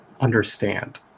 understand